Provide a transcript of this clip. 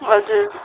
हजुर